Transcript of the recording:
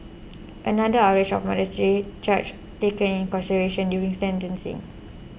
another outrage of modesty charge taken in consideration during sentencing